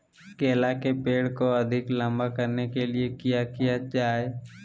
केला के पेड़ को अधिक लंबा करने के लिए किया किया जाए?